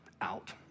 out